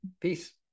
peace